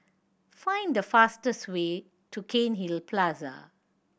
find the fastest way to Cairnhill Plaza